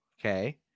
okay